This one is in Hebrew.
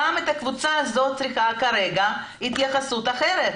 גם הקבוצה הזאת זקוקה להתייחסות אחרת,